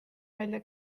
välja